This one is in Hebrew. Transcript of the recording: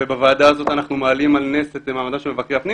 ובוועדה הזאת אנחנו מעלים על נס את מעמדו של מבקר הפנים